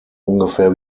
ungefähr